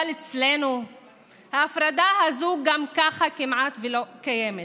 אבל אצלנו ההפרדה הזו גם ככה כמעט לא קיימת.